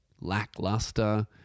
lackluster